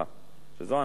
וזאת הנחה דרמטית,